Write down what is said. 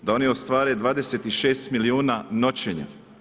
Da oni ostvare 26 milijuna noćenja.